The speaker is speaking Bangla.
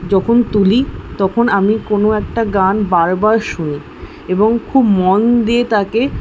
যখন তুলি তখন আমি কোনও একটা গান বারবার শুনি এবং খুব মন দিয়ে তাকে